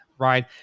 Right